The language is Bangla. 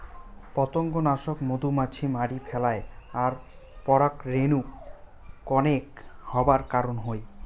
পতঙ্গনাশক মধুমাছি মারি ফেলায় আর পরাগরেণু কনেক হবার কারণ হই